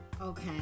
Okay